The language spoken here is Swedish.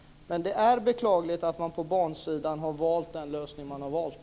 Men det är beklagligt att man för bansidan har valt den lösning man har valt.